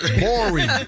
boring